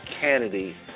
Kennedy